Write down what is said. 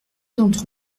d’entre